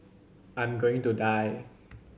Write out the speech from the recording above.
I'm going to die